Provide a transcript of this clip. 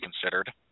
considered